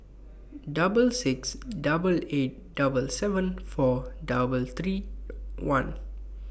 double six double eight double seven four double three one